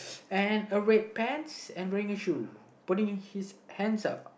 and a red pants and wearing a shoe putting his hands up